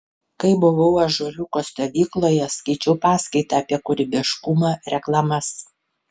kai buvau ąžuoliuko stovykloje skaičiau paskaitą apie kūrybiškumą reklamas